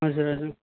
हजुर हजुर